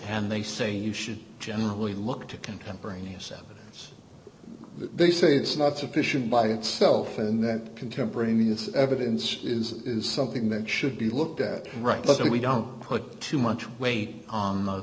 and they say you should generally look to contemporaneous evidence that they say it's not sufficient by itself and that contemporaneous evidence is is something that should be looked at right look we don't put too much weight on the